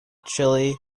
chile